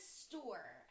store